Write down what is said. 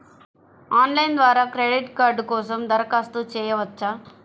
Online ద్వారా credit card కోసం దరఖాస్తు చేయవచ్చా?